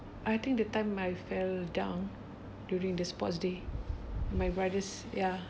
I think that time I fell down during the sport's day my brother's ya